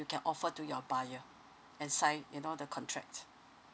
you can offer to your buyer and sign you know the contract